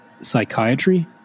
psychiatry